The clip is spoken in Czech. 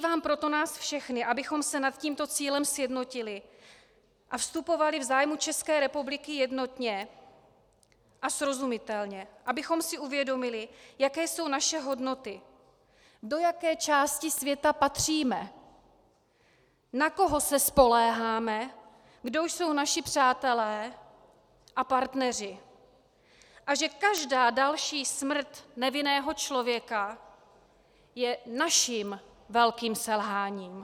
Vyzývám proto nás všechny, abychom se nad tímto cílem sjednotili a vystupovali v zájmu České republiky jednotně a srozumitelně, abychom si uvědomili, jaké jsou naše hodnoty, do jaké části světa patříme, na koho se spoléháme, kdo jsou naši přátelé a partneři a že každá další smrt nevinného člověka je naším velkým selháním.